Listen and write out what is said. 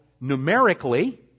numerically